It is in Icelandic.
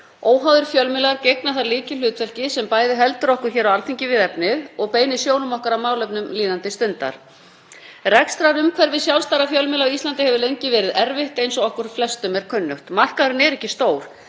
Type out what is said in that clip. Óháðir fjölmiðlar gegna þar lykilhlutverki, sem bæði heldur okkur hér á Alþingi við efnið og beinir sjónum okkar að málefnum líðandi stundar. Rekstrarumhverfi sjálfstæðra fjölmiðla á Íslandi hefur lengi verið erfitt eins og okkur flestum er kunnugt. Markaðurinn er ekki stór,